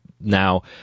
Now